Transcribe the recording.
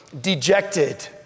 dejected